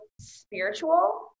spiritual